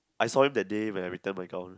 I saw him that day when I return my gown